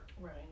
Right